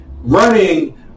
Running